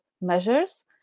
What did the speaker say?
measures